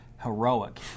heroic